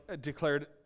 declared